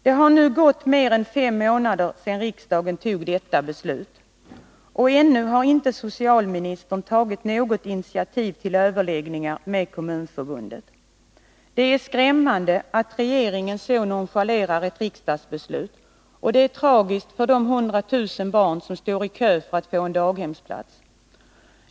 Det har nu gått mer än fem månader sedan riksdagen fattade detta beslut, och ännu har inte socialministern tagit något initiativ till överläggningar med Kommunförbundet. Det är skrämmande att regeringen så nonchalerar ett riksdagsbeslut, och det är tragiskt för de 100 000 barn som står i kö för att få en daghemsplats.